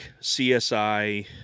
CSI